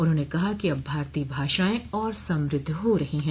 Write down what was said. उन्होंने कहा कि अब भारतीय भाषाएं और समृद्ध हो रही हैं